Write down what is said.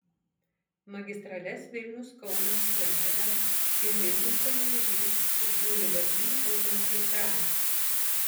magistrales vilnius kaunas klaipėda ir vilnius panevėžys prižiūri vį automagistralė